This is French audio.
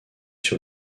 sur